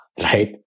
right